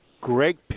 Greg